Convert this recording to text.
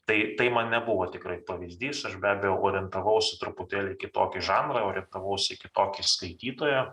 tai tai man nebuvo tikrai pavyzdys aš be abejo orientavausi truputėlį į kitokį žanrą orientavausi į kitokį skaitytoją